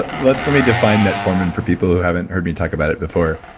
let let me define metformin for people who haven't heard me talk about it before.